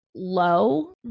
low